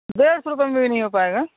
ڈیڑھ سو روپئے میں بھی نہیں ہو پائے گا